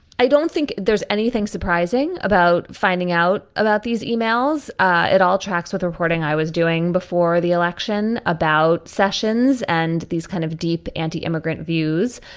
i don't think there's anything surprising about finding out about these emails. ah it all tracks with reporting i was doing before the election about sessions and these kind of deep anti-immigrant views.